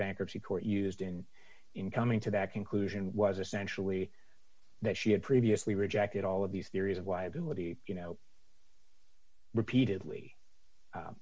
bankruptcy court used in in coming to that conclusion was essentially that she had previously rejected all of these theories of liability you know repeatedly u